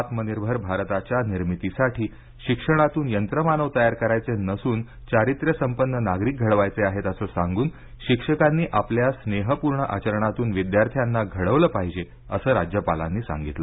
आत्मनिर्भर भारताच्या निर्मितीसाठी शिक्षणातून यंत्रमानव तयार करायचे नसुन चारित्र्यसंपन्न नागरिक घडवायचे आहेत असं सांगून शिक्षकांनी आपल्या स्नेहपूर्ण आचरणातून विद्यार्थ्यांना घडवलं पाहिजे असं राज्यपालांनी सांगितलं